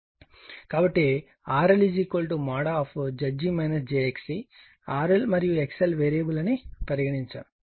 కాబట్టి RLZg jXc RL మరియు XL variable అని పరిగణించకండి